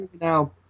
now